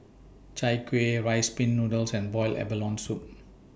Chai Kueh Rice Pin Noodles and boiled abalone Soup